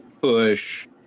Push